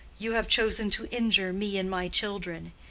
you have chosen to injure me and my children.